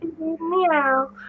meow